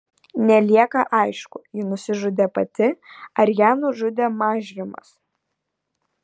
nelieka aišku ji nusižudė pati ar ją nužudė mažrimas